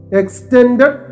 extended